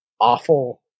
awful